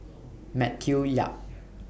Matthew Yap